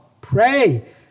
pray